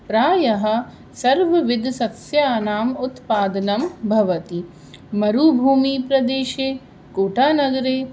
प्रायः सर्वविधसस्यानाम् उत्पादनं भवति मरुभूमिप्रदेशे कोटानगरे